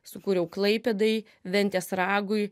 sukūriau klaipėdai ventės ragui